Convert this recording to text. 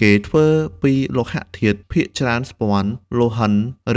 គេធ្វើពីលោហៈធាតុ ភាគច្រើនស្ពាន់ លង្ហិន